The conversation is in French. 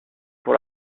pour